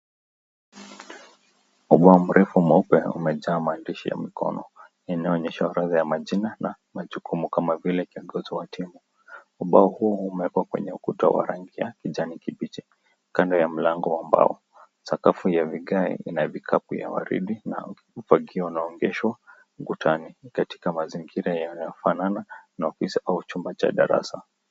Ubao mrefu mweupe umejaa maandishi ya mikono. Inayoonyesha orodha ya majina na majukumu kama vile kiongozi wa timu. Ubao huo umewekwa kwenye ukuta wa rangi ya kijani kibichi kando ya mlango wa mbao. Sakafu ya vigae inavikapu ya waridi na ufagio unaongeshwa ukutani katika mazingira yanayofanana na ofisi au chumba cha darasa.